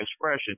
expression